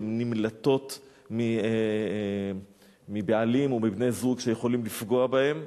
הן נמלטות מבעלים או מבני-זוג שיכולים לפגוע בהן.